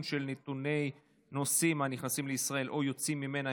של נתוני נוסעים הנכנסים לישראל או היוצאים ממנה,